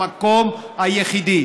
המקום היחיד,